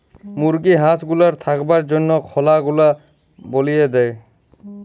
মুরগি হাঁস গুলার থাকবার জনহ খলা গুলা বলিয়ে দেয়